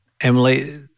Emily